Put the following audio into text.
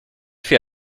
fait